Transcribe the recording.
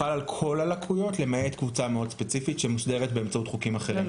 כל הלקויות למעט קבוצה מאוד ספציפית שמוסדרת באמצעות חוקים אחרים.